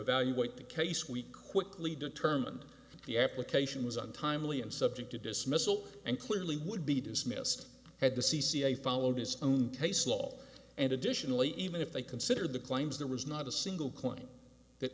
evaluate the case we quickly determined the application was untimely and subject to dismissal and clearly would be dismissed had the c c a followed his own case law and additionally even if they considered the claims there was not a single client that